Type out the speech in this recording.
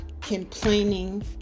complaining